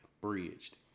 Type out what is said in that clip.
bridged